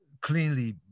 cleanly